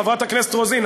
חברת הכנסת רוזין,